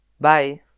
Bye